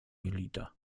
jelita